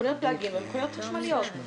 מכוניות פלאג-אין ומכוניות חשמליות.